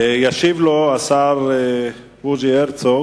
ישיב לו השר בוז'י הרצוג.